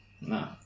No